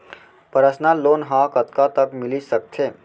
Personal loan ह कतका तक मिलिस सकथे?